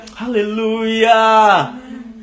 hallelujah